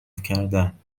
کردم